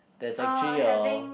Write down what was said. there actually a